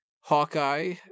Hawkeye